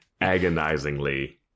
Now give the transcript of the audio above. Agonizingly